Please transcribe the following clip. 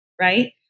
right